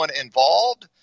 involved